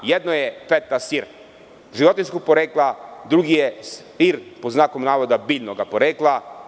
Jedno je Feta sir životinjskog porekla, a drugo je sir, pod znakom navoda, biljnog porekla.